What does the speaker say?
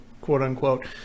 quote-unquote